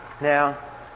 Now